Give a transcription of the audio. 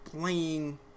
playing